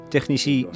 Technici